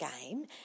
game